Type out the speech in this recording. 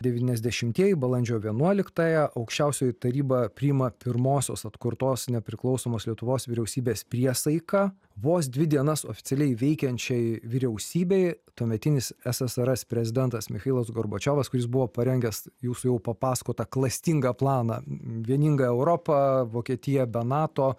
devyniasdešimtieji balandžio vienuoliktąją aukščiausioji taryba priima pirmosios atkurtos nepriklausomos lietuvos vyriausybės priesaiką vos dvi dienas oficialiai veikiančiai vyriausybei tuometinis ssrs prezidentas michailas gorbačiovas kuris buvo parengęs jūsų jau papasakotą klastingą planą vieninga europa vokietija be nato